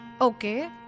Okay